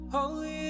Holy